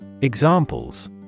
Examples